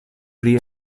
pri